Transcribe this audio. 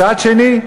מצד שני,